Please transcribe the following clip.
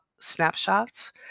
snapshots